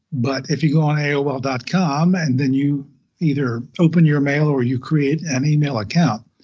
but if you go on aol dot com and then you either open your mail or you create an email account,